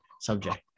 subject